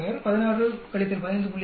6 132 16 15